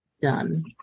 Done